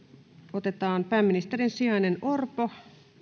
otetaan pääministerin sijainen orpo